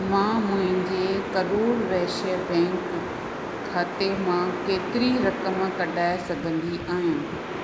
मां मुंहिंजे करुर वैश्य बैंक खाते मां केतिरी रक़म कढाए सघंदी आहियां